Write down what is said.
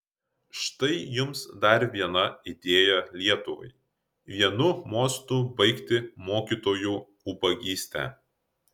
štai jums dar viena idėja lietuvai vienu mostu baigti mokytojų ubagystę